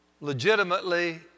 legitimately